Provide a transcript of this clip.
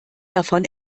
davon